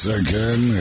again